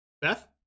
Beth